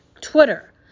Twitter